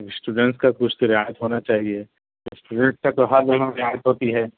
students کا کچھ تو رعایت ہونا چاہیے اسٹوڈنٹ کا تو ہر جگہ رعایت ہوتی ہے